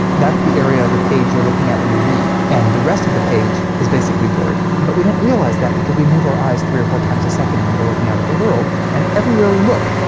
that's the area of the page you're looking at when you read, and the rest of the page is basically blurry. but we don't realize that, because we move our eyes three or four times a second when we're looking out at the world. and everywhere we look,